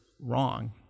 wrong